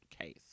case